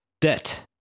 debt